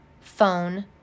phone